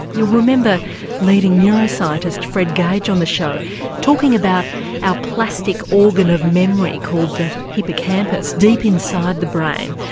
you'll remember leading neuroscientist fred gage on the show talking about our plastic organ of memory called the hippocampus deep inside the brain.